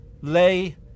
lay